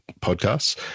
podcasts